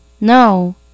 no